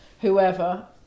whoever